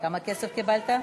כמה כסף קיבלת?